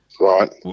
Right